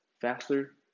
faster